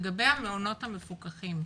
לגבי המעונות המפוקחים,